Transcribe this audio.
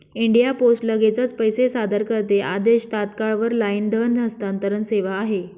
India post लगेचच पैसे सादर करते आदेश, तात्काळ वर लाईन धन हस्तांतरण सेवा आहे